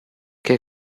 ché